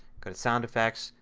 go to sound effects.